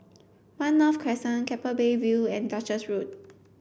One North Crescent Keppel Bay View and Duchess Road